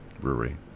Brewery